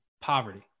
poverty